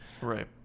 Right